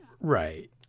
right